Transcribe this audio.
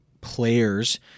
players